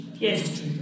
Yes